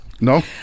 No